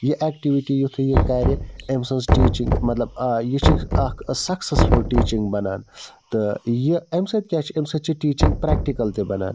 یہِ ایٚکٹیٛوٗٹی یُتھُے یہِ کَرِ أمۍ سٕنٛز ٹیٖچِنٛگ مطلب آ یہِ چھِ اَکھ سَکسیٚسفُل ٹیٖچِنٛگ بَنان تہٕ یہِ اَمہِ سۭتۍ کیٛاہ چھِ اَمہِ سۭتۍ چھِ ٹیٖچِنٛگ پرٛکٹِکَل تہِ بَنان